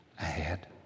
Ahead